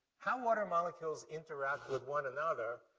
how water molecules interact with one another,